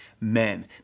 men